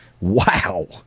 Wow